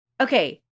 Okay